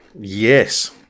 yes